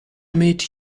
meet